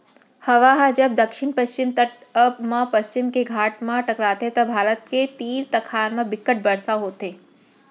हवा ह जब दक्छिन पस्चिम तट म पस्चिम के घाट म टकराथे त भारत के तीर तखार म बिक्कट बरसा होथे